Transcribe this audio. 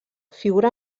figura